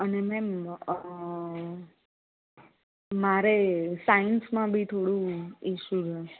અને મેમ મારે સાઇન્સમાં બી થોડું ઇસ્યુ હોય